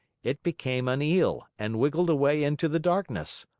it became an eel and wiggled away into the darkness.